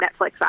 Netflix